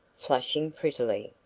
flushing prettily.